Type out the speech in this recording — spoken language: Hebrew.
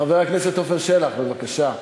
חבר הכנסת עפר שלח, בבקשה.